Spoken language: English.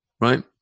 right